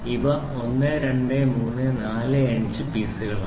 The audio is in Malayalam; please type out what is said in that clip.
ഇവ 1 2 3 4 5 പീസുകളാണ്